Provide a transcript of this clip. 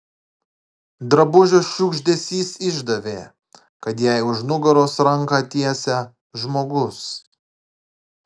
drabužio šiugždesys išdavė kad jai už nugaros ranką tiesia žmogus